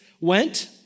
went